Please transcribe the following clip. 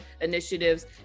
initiatives